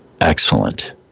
Excellent